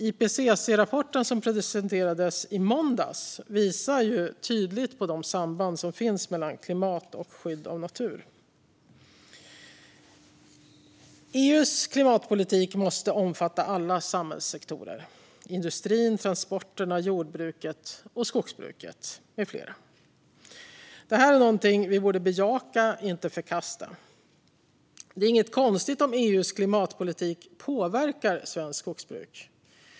IPCC-rapporten, som presenterades i måndags, visar tydligt på de samband som finns mellan klimat och skydd av natur. EU:s klimatpolitik måste omfatta alla samhällssektorer: industrin, transporterna, jordbruket och skogsbruket med flera. Detta är något som vi borde bejaka, inte förkasta. Det är inte konstigt om EU:s klimatpolitik påverkar svenskt skogsbruk.